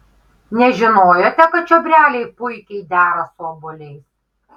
nežinojote kad čiobreliai puikiai dera su obuoliais